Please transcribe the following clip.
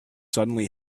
suddenly